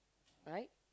right